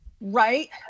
right